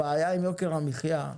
הבעיה עם יוקר המחיה,